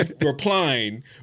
replying